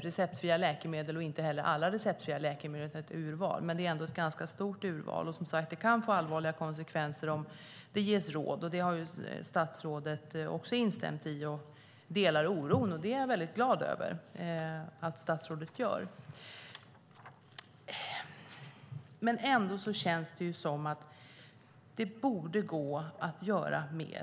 receptfria läkemedel, och då inte alla receptfria läkemedel utan ett urval, men ändå ett ganska stort urval. Det kan som sagt leda till allvarliga konsekvenser om det ges råd. Det har statsrådet också instämt i och delar oron. Det är jag väldigt glad över att statsrådet gör. Men det känns ändå som om det borde gå att göra mer.